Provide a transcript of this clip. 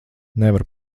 nevaru